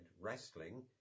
wrestling